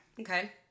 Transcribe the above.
Okay